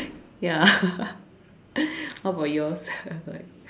ya what about yours